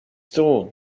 true